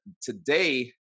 today